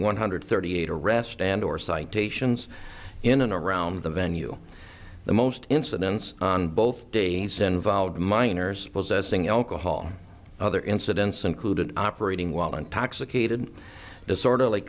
one hundred thirty eight arrest and or citations in and around the venue the most incidents on both days involved minors possessing alcohol other incidents included operating while intoxicated disorder